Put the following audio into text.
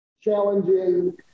challenging